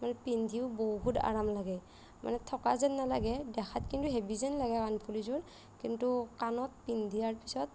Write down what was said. মানে পিন্ধিও বহুত আৰাম লাগে মানে থকা যেন নালাগে দেখাত কিন্তু হেভি যেন লাগে কাণফুলিযোৰ কিন্তু কাণত পিন্ধাৰ পিছত